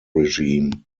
regime